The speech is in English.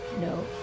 no